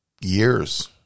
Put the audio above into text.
years